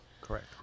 correct